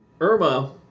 Irma